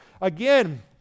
Again